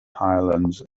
highlands